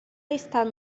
está